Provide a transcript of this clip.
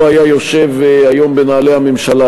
לו היה יושב היום בנעלי הממשלה,